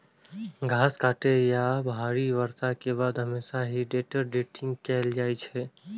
घास काटै या भारी बर्षा के बाद हमेशा हे टेडर टेडिंग कैल जाइ छै